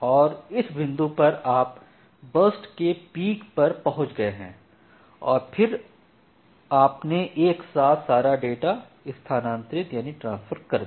और इस बिंदु पर आप बर्स्ट के पीक पर पहुंच गए हैं और फिर आपने एक साथ सारा डेटा स्थानांतरित कर दिया